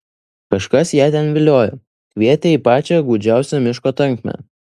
kažkas ją ten viliojo kvietė į pačią gūdžiausią miško tankmę